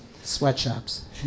Sweatshops